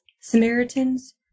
Samaritans